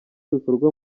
bikorwa